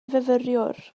fyfyriwr